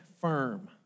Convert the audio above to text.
firm